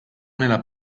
nella